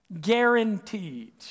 Guaranteed